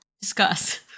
discuss